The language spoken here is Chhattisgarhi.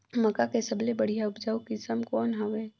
मक्का के सबले बढ़िया उपजाऊ किसम कौन हवय?